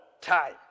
time